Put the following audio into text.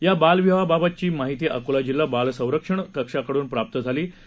याबालविवाहाबाबतचीमाहितीअकोलाजिल्हाबालसंरक्षणकक्षाकडूनप्राप्तझालीहोती